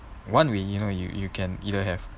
one way you know you you can either have